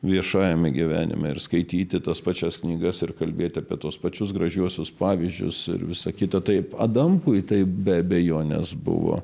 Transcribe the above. viešajame gyvenime ir skaityti tas pačias knygas ir kalbėti apie tuos pačius gražiuosius pavyzdžius ir visa kita taip adamkui taip be abejonės buvo